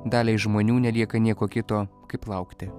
daliai žmonių nelieka nieko kito kaip laukti